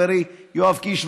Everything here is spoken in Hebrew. חברי יואב קיש,